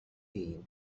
been